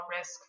risk